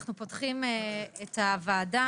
אנחנו פותחים את הוועדה,